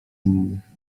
innych